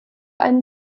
einen